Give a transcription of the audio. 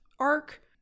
arc